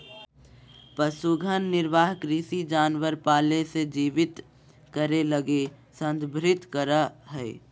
पशुधन निर्वाह कृषि जानवर पाले से जीवित करे लगी संदर्भित करा हइ